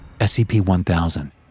SCP-1000